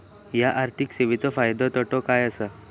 हया आर्थिक सेवेंचो फायदो तोटो काय आसा?